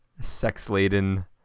sex-laden